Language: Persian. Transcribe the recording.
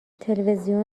تلویزیون